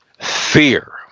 Fear